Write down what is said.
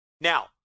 Now